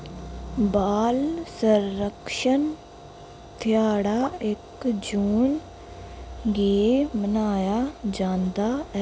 बाल संरक्षण ध्याड़ा इक जून गी मनाया जंदा ऐ